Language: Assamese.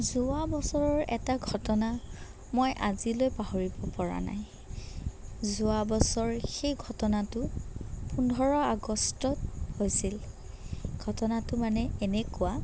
যোৱা বছৰৰ এটা ঘটনা মই আজিলৈ পাহৰিব পৰা নাই যোৱা বছৰ সেই ঘটনাটো পোন্ধৰ আগষ্টত হৈছিল ঘটনাটো মানে এনেকুৱা